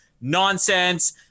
nonsense